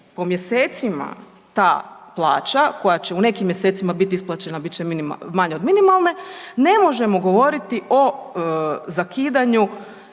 po mjesecima ta plaća koja će u nekim mjesecima bit isplaćena bit će manja od minimalne ne možemo govoriti o zakidanju